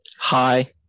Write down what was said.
hi